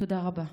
תודה רבה.